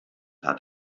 hat